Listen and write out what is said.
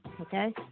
Okay